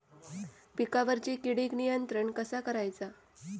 पिकावरची किडीक नियंत्रण कसा करायचा?